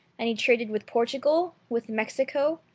and he traded with portugal, with mexico,